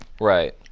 Right